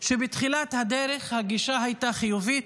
שבתחילת הדרך, הגישה הייתה חיובית,